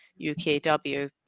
UKW